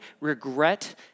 regret